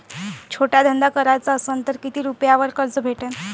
छोटा धंदा कराचा असन तर किती रुप्यावर कर्ज भेटन?